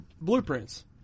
Blueprints